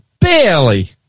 barely